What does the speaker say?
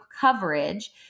coverage